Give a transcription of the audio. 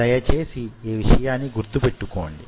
దయచేసి యీ విషయం గుర్తు పెట్టుకొండి